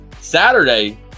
Saturday